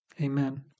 Amen